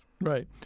Right